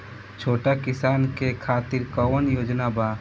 छोटा किसान के खातिर कवन योजना बा?